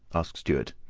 asked stuart.